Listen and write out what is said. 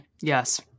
yes